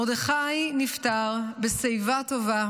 מרדכי נפטר בשיבה טובה